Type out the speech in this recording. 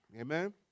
Amen